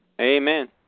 Amen